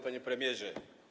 Panie Premierze!